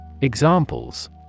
Examples